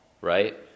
right